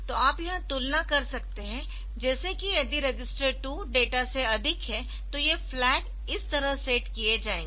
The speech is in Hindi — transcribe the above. तो आप यह तुलना कर सकते है जैसे कि यदि रजिस्टर डेटा से अधिक है तो ये फ्लैग इस तरह सेट किए जाएंगे